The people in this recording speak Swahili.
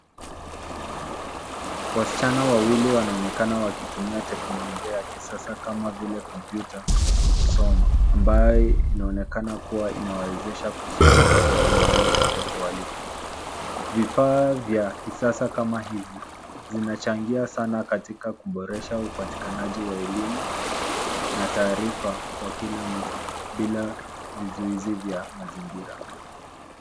Wasichana wawili wanaonekana wakitumia teknolojia ya kisasa kama vile kompyuta kusoma ambaye inaonekana kuwa inawawezesha kusoma kutoka mahali popote walipo. Vifaa vya kisasa kama hizi zinachangia sana katika kuboresha upatikanaji wa elimu na taarifa kwa kila mtu bila vizuizi vya mazingira.